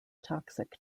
toxic